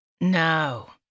No